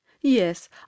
Yes